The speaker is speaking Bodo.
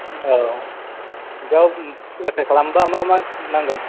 औ बेयाव एप्लाइ खालामबा मा मा नांगोन